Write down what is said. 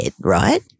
right